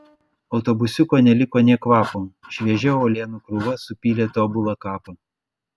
autobusiuko neliko nė kvapo šviežia uolienų krūva supylė tobulą kapą